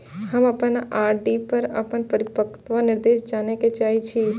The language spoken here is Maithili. हम अपन आर.डी पर अपन परिपक्वता निर्देश जाने के चाहि छी